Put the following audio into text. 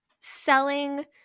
selling